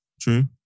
true